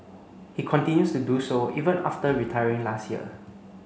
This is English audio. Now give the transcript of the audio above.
he continues to do so even after retiring last year